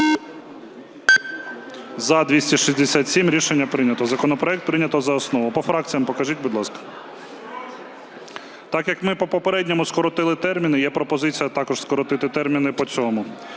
За-267 Рішення прийнято. Законопроект прийнято за основу. По фракціях покажіть, будь ласка. Так як ми по попередньому скоротили терміни, є пропозиція також скоротити терміни по цьому,